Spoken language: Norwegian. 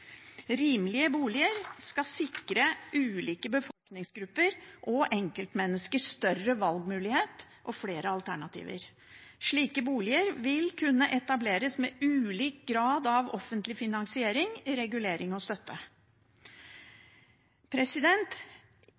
Rimelige boliger skal sikre ulike befolkningsgrupper og enkeltmennesker større valgmulighet og flere alternativer. Slike boliger vil kunne etableres med ulik grad av offentlig finansiering, regulering og støtte.